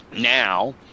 now